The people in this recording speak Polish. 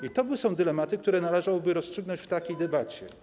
I to są dylematy, które należałoby rozstrzygnąć w takiej debacie.